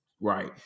right